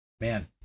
Man